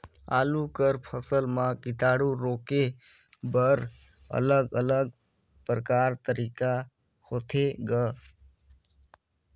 आलू कर फसल म कीटाणु रोके बर अलग अलग प्रकार तरीका होथे ग?